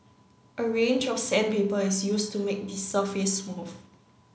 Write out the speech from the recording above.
a range of sandpaper is used to make the surface smooth